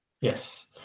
Yes